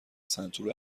سنتور